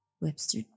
Webster